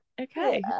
okay